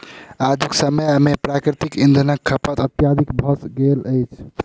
आजुक समय मे प्राकृतिक इंधनक खपत अत्यधिक भ गेल अछि